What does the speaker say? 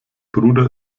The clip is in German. bruder